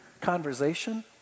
conversation